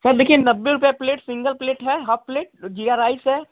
sir देखिये नब्बे रुपया प्लेट सिंगल प्लेट है हाफ प्लेट जीरा राइस है